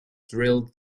drilled